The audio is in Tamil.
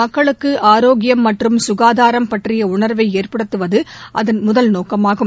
மக்களுக்கு ஆரோக்கியம் மற்றும் சுகாதாரம் பற்றிய உணர்வை ஏற்படுத்துவது அதன் முதல் நோக்கமாகும்